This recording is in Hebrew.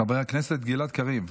חבר הכנסת גלעד קריב.